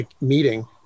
meeting